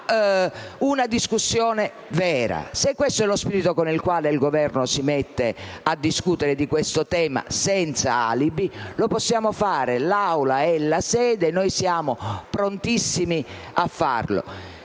una discussione vera. Se questo è lo spirito con il quale il Governo si mette a discutere di questo tema senza alibi, lo possiamo fare: l'Aula ne è la sede, e noi siamo prontissimi a farlo.